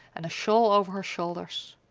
and a shawl over her shoulders.